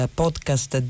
podcast